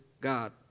God